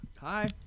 Hi